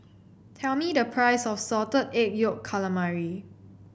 tell me the price of Salted Egg Yolk Calamari